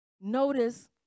notice